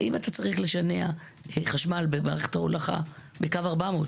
אם אתה צריך לשנע חשמל במערכת ההולכה בקו 400,